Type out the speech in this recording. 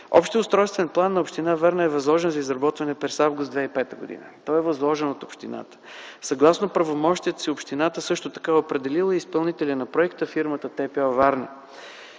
Общият устройствен план на община Варна е възложен за изработване през м. август 2005 г. Той е възложен от общината. Съгласно правомощията си общината също така е определила и изпълнител на проекта фирмата „ТПО – Варна”.